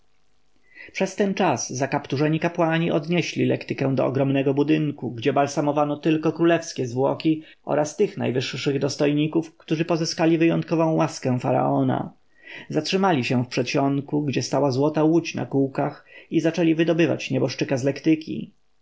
przez ten czas zakapturzeni kapłani odnieśli lektykę do ogromnego budynku gdzie balsamowano tylko królewskie zwłoki oraz tych najwyższych dostojników którzy pozyskali wyjątkową łaskę faraona zatrzymali się w przedsionku gdzie stała złota łódź na kółkach i zaczęli wydobywać nieboszczyka z lektyki